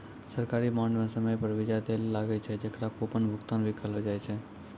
सरकारी बांड म समय पर बियाज दैल लागै छै, जेकरा कूपन भुगतान भी कहलो जाय छै